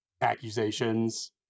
accusations